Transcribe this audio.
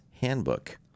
handbook